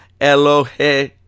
Elohe